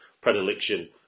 predilection